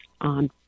on